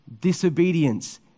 disobedience